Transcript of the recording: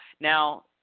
Now